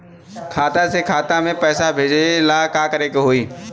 खाता से खाता मे पैसा भेजे ला का करे के होई?